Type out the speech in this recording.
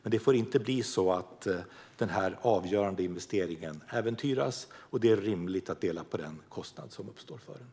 Men det får inte bli så att denna avgörande investering äventyras, och det är rimligt att dela på den kostnad som uppstår för den.